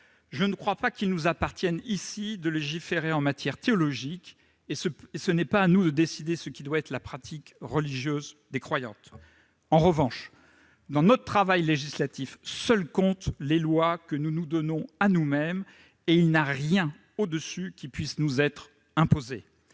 Je ne crois pas qu'il nous appartienne de légiférer en matière théologique ... Eh non !... et ce n'est pas à nous de décider ce que doit être la pratique religieuse des croyantes. En revanche, dans notre travail législatif, seules comptent les lois que nous nous donnons à nous-mêmes : il n'y a rien au-dessus qui puisse nous être imposé.